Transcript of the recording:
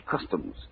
customs